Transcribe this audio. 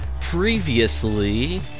Previously